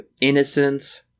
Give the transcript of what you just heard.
Innocence